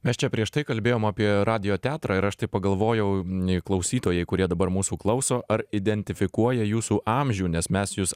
mes čia prieš tai kalbėjom apie radijo teatrą ir aš taip pagalvojau klausytojai kurie dabar mūsų klauso ar identifikuoja jūsų amžių nes mes jus